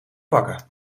pakken